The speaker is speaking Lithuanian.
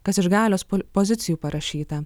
kas iš galios pozicijų parašyta